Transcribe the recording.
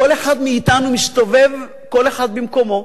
כל אחד מאתנו מסתובב, כל אחד במקומו,